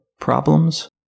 problems